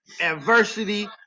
adversity